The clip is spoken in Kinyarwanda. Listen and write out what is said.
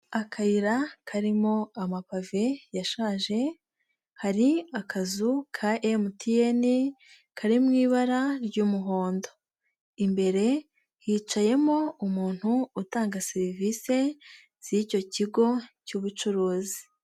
Akayira karimo amapave yashaje hari akazu ka MTN kari mu ibara ry'umuhondo, imbere hicayemo umuntu utanga serivise z'icyo kigo cy'ubucuruzi.